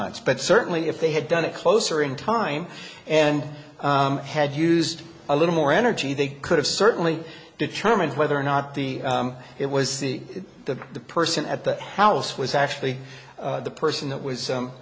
months but certainly if they had done it closer in time and had used a little more energy they could have certainly determined whether or not the it was that the person at the house was actually the person that was